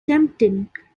tempting